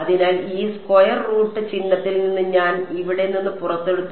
അതിനാൽ ഈ square root ചിഹ്നത്തിൽ നിന്ന് ഞാൻ ഇവിടെ നിന്ന് പുറത്തെടുത്തു